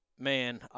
Man